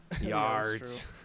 yards